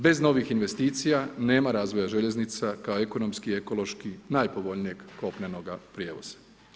Bez novih investicija, nema razvoja željeznica kao ekonomski i ekološki najpovoljnijeg kopnenoga prijevoza.